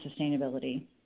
sustainability